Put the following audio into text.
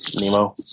Nemo